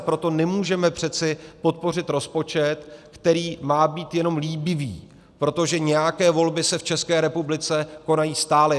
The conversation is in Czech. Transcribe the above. Proto nemůžeme přece podpořit rozpočet, který má být jenom líbivý, protože nějaké volby se v České republice konají stále.